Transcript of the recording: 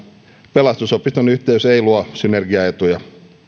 pelastusopiston yhteys ei luo synergiaetuja